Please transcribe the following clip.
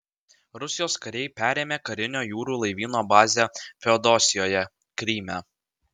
rusijos kariai perėmė karinio jūrų laivyno bazę feodosijoje kryme